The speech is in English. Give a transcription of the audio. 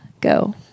go